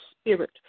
spirit